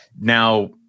now